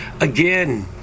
Again